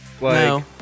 No